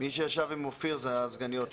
מי שישב עם אופיר, אלה היו שתי הסגניות שלי.